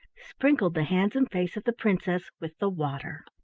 sprinkled the hands and face of the princess with the water.